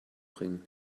bringen